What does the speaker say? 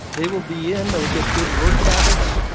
they will be in, they will get good work habits,